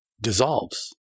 dissolves